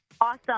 Awesome